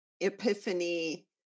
epiphany